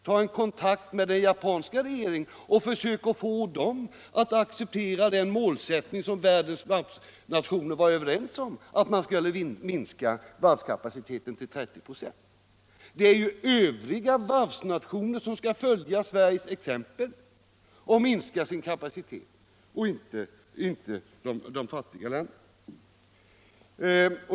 Ta kontakt med den japanska regeringen och försök få den att acceptera den målsättning som världens varvsnationer var överens om, att varvskapaciteten skall minskas med 30 96. Det är ju de övriga varvsnationerna som skall följa Sveriges exempel och minska sin kapacitet — inte de fattiga länderna.